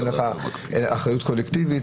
אין לך אחריות קולקטיבית,